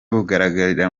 bugaragarira